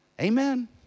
Amen